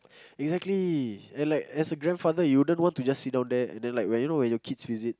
exactly and like as a grandfather you wouldn't want to just sit down there and there like you know when your kids visit